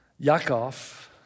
Yaakov